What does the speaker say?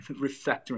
refactoring